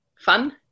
fun